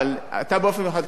אבל אתה באופן מיוחד,